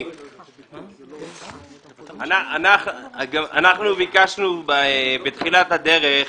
אנחנו ביקשנו בתחילת הדרך,